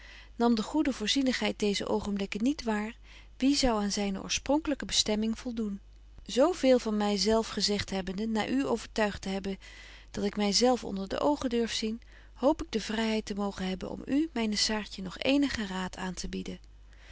de goede voorzienigheid deeze oogenblikken niet waar wie zou aan zyne oorsprongelyke bestemming voldoen zo veel van my zelf gezegt hebbende na u overtuigt te hebben dat ik my zelf onder de oogen durf zien hoop ik de vryheid te mogen hebben om u myne saartje nog eenigen raad aantebieden wat